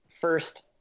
first